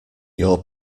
your